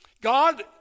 God